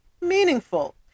meaningful